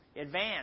Advance